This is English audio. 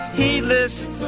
heedless